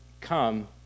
come